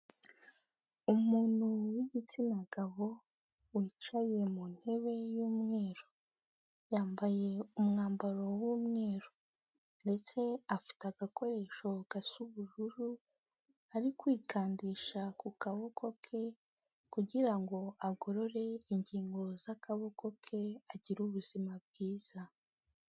Umuntu w'igitsina gabo wicaye mu ntebe y'umweru yambaye umwambaro w'umweru ndetse afite agakoresho gasa ubururu ari kwikandisha ku kaboko ke kugira ngo agorore ingingo z'akaboko ke agire ubuzima bwiza.